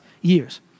years